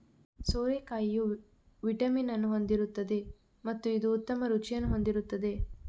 ಸೋರೆಕಾಯಿಯು vitamin ಅನ್ನು ಹೊಂದಿರುತ್ತದೆ ಮತ್ತು ಇದು ಉತ್ತಮ ರುಚಿಯನ್ನು ಹೊಂದಿರುತ್ತದೆ